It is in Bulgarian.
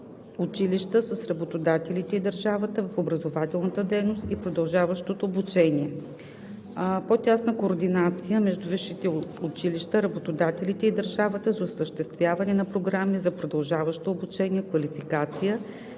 училища с работодателите и държавата в образователната дейност и продължаващото обучение. - По-тясна координация между висшите училища, работодателите и държавата за осъществяване на програми за продължаващо обучение, квалификация